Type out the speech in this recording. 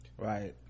Right